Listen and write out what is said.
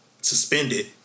suspended